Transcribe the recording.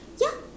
ya